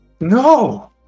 no